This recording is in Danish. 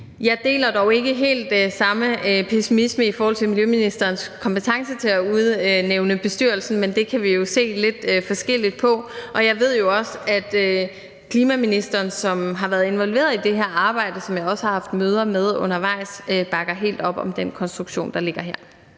Jeg deler dog ikke helt samme pessimisme i forhold til miljøministerens kompetence til at udnævne bestyrelsen, men det kan vi jo se lidt forskelligt på. Jeg ved jo også, at klimaministeren, som har været involveret i det her arbejde, og som jeg også har haft møder med undervejs, bakker helt op om den konstruktion, der ligger her.